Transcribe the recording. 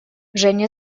женя